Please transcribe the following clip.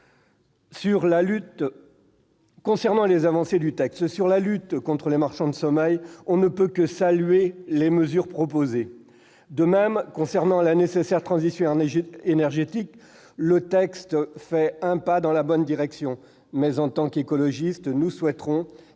Pour ce qui concerne la lutte contre les marchands de sommeil, on ne peut que saluer les mesures proposées. De même, pour ce qui concerne la nécessaire transition énergétique, le texte fait un pas dans la bonne direction. Mais, en tant qu'écologistes, nous souhaitons